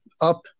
up